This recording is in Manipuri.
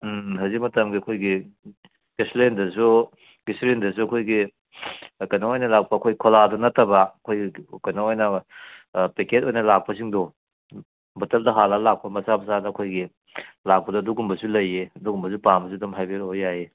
ꯎꯝ ꯎꯝ ꯍꯧꯖꯤꯛ ꯃꯇꯝꯒꯤ ꯑꯩꯈꯣꯏꯒꯤ ꯒꯦꯁꯂꯦꯟꯗꯁꯨ ꯒꯤꯁꯤꯂꯤꯟꯗꯁꯨ ꯑꯩꯈꯣꯏꯒꯤ ꯀꯩꯅꯣ ꯑꯣꯏꯅ ꯂꯥꯛꯄ ꯑꯩꯈꯣꯏ ꯈꯣꯂꯥꯗꯣ ꯅꯠꯇꯕ ꯑꯩꯈꯣꯏ ꯀꯩꯅꯣ ꯑꯣꯏꯅ ꯄꯦꯀꯦꯠ ꯑꯣꯏꯅ ꯂꯥꯛꯄꯁꯤꯡꯗꯣ ꯕꯠꯇꯜꯗ ꯍꯥꯜꯂ ꯂꯥꯛꯄ ꯃꯆꯥ ꯃꯆꯥꯗ ꯑꯩꯈꯣꯏꯒꯤ ꯂꯥꯛꯄꯗ ꯑꯗꯨꯒꯨꯝꯕꯁꯨ ꯂꯩꯌꯦ ꯑꯗꯨꯒꯨꯝꯕꯁꯨ ꯄꯥꯝꯃꯁꯨ ꯑꯗꯨꯝ ꯍꯥꯏꯕꯤꯔꯛꯑꯣ ꯌꯥꯏꯌꯦ